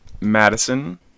Madison